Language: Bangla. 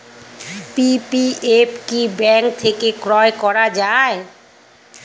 পি.পি.এফ কি ব্যাংক থেকে ক্রয় করা যায়?